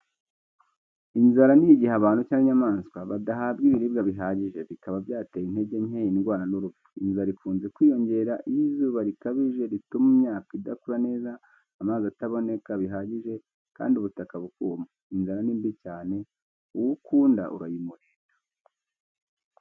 Inzara ni igihe abantu cyangwa inyamaswa badahabwa ibiribwa bihagije, bikaba byatera intege nke, indwara n’urupfu. Inzara ikunze kwiyongera iyo izuba rikabije rituma imyaka idakura neza, amazi ataboneka bihagije, kandi ubutaka bukuma. Inzara ni mbi cyane uwo ukunda urayimurinda.